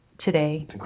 today